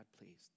please